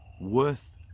worth